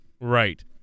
Right